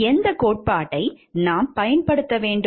எந்த கோட்பாட்டை நாம் பயன்படுத்த வேண்டும்